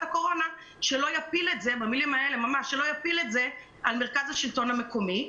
הקורונה - שהוא לא יפיל את זה על מרכז השלטון המקומי.